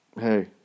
hey